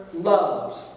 loves